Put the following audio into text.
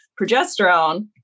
progesterone